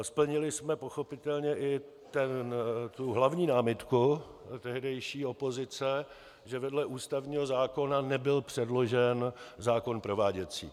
Splnili jsme pochopitelně i tu hlavní námitku tehdejší opozice, že vedle ústavního zákona nebyl předložen zákon prováděcí.